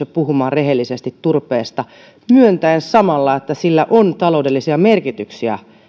jo puhumaan rehellisesti turpeesta myöntäen samalla että sillä on taloudellisia merkityksiä